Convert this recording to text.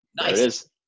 Nice